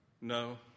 no